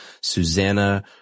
Susanna